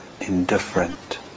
indifferent